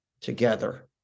together